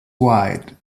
wide